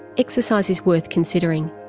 exercise is worth considering.